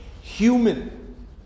human